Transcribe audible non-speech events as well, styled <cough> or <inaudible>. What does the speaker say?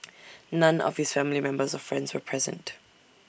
<noise> none of his family members or friends were present